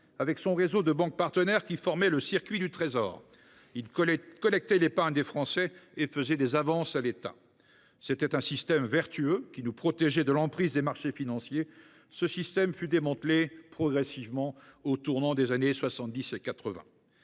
avec son réseau de banques partenaires, qui formait le circuit du Trésor. Celui ci collectait l’épargne des Français et faisait des avances à l’État. C’était un système vertueux qui nous protégeait de l’emprise des marchés financiers. Or il fut démantelé progressivement au tournant des années 1970 et 1980.